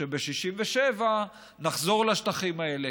כשב-67' נחזור לשטחים האלה.